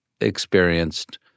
experienced